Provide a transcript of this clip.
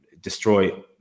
destroy